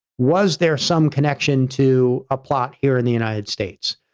was there some connection to a plot here in the united states.